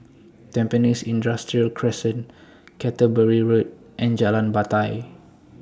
Tampines Industrial Crescent Canterbury Road and Jalan Batai